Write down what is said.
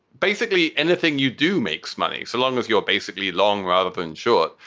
basically anything you do makes money so long as you're basically long rather than short.